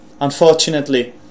Unfortunately